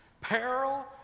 Peril